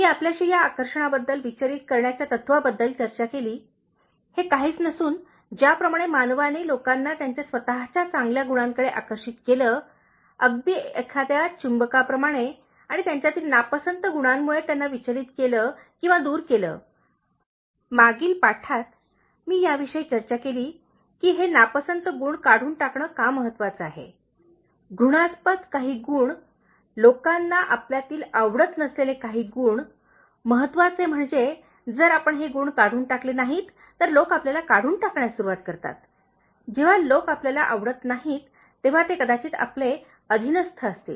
मी आपल्याशी या आकर्षणाबद्दल विचलित करण्याच्या तत्त्वाबद्दल चर्चा केली हे काहीच नसून ज्याप्रमाणे मानवांनी लोकांना त्यांच्या स्वतःच्या चांगल्या गुणांकडे आकर्षित केले अगदी एखाद्या चुंबकाप्रमाणे आणि त्यांच्यातील नापसंत गुणांमुळे त्यांना विचलित केले किंवा दूर केले मागील पाठात मी याविषयीदेखील चर्चा केली की हे नापसंत गुण काढून टाकणे का महत्त्वाचे आहे घृणास्पद काही गुण लोकांना आपल्यातील आवडत नसलेले काही गुण महत्वाचे म्हणजे जर आपण हे गुण काढून टाकले नाहीत तर लोक आपल्याला काढून टाकण्यास सुरवात करतात जेव्हा लोक आपल्याला आवडत नाहीत तेव्हा ते कदाचित आपले अधीनस्थ असतील